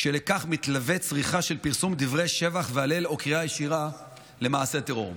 כשלכך מתלווה צריכה של פרסום דברי שבח והלל או קריאה ישירה למעשה טרור.